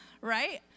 Right